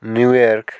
new York